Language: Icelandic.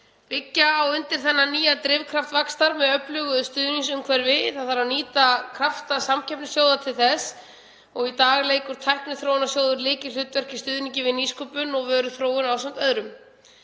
Byggja á undir þennan nýja drifkraft vaxtar með öflugu stuðningsumhverfi. Nýta þarf krafta samkeppnissjóða til þess og í dag leikur Tækniþróunarsjóður lykilhlutverk í stuðningi við nýsköpun og vöruþróun ásamt öðrum.